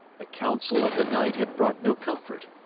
the counsel of the night had brought no comfort,